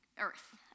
Earth